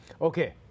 Okay